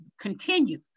continue